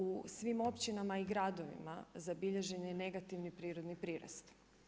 U svim općinama i gradovima zabilježen je negativni prirodni prirast.